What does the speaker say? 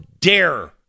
dare